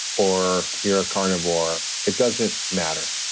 or you're a carnivore, it doesn't matter.